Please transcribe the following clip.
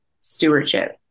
stewardship